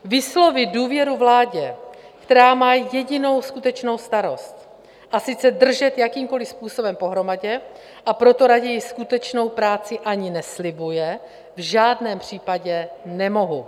Vyslovit důvěru vládě, která má jedinou skutečnou starost, a sice držet jakýmkoli způsobem pohromadě, a proto raději skutečnou práci ani neslibuje, v žádném případě nemohu.